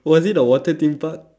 was it a water theme park